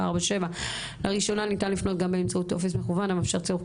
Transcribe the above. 24/7. לראשונה ניתן לפנות גם באמצעות טופס מקוון המאפשר צירוף